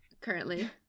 currently